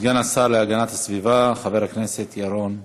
השר להגנת הסביבה, חבר הכנסת ירון מזוז.